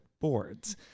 boards